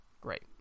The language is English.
Great